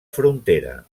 frontera